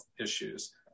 issues